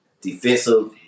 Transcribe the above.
defensive